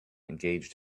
engaged